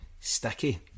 Sticky